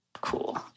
cool